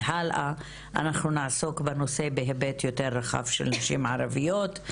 והלאה אנחנו נעסוק בנושא בהיבט יותר רחב של נשים ערביות.